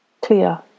clear